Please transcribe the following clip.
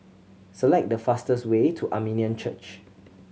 select the fastest way to Armenian Church